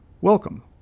Welcome